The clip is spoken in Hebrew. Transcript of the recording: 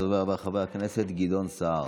הדובר הבא, חבר הכנסת גדעון סער.